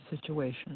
situation